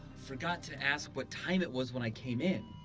forgot to ask what time it was when i came in.